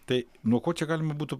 tai nuo ko čia galima būtų